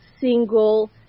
single